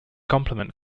complement